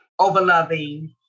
overloving